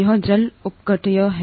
यह जल अपघट्य है